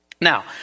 Now